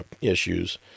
issues